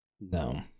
No